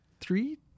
three